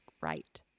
right